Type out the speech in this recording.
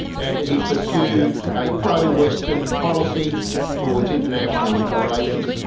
and he pursued a pro-western policy towards international relations.